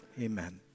Amen